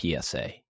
PSA